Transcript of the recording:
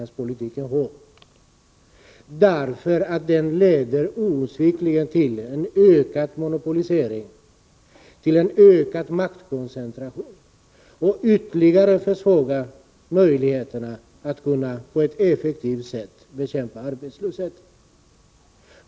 Den leder osvikligen till en ökad monopolisering samt till en ökad maktkoncentration, och den försvagar möjligheterna ytterligare när det gäller att på ett effektivt sätt bekämpa arbetslösheten.